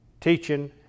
teaching